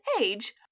age